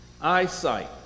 Eyesight